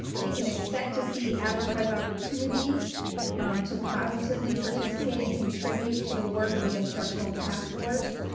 they can expect to see advertised opportunities to positively participate and contribute to the work of the instructional task force.